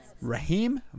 Raheem